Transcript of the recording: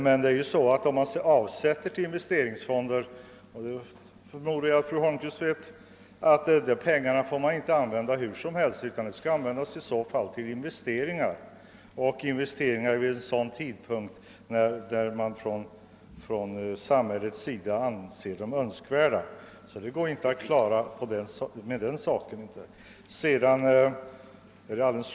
Jag förmodar att fru Holmqvist känner till att om man avsätter pengar till en investeringsfond får inte medlen användas hur som helst utan enbart till investeringar och detta vid den tidpunkt som från samhällets sida anses önskvärd. Det går alltså inte att klara problemet på det sättet.